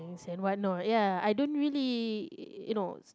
why not ya I don't really you know